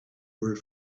were